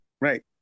Right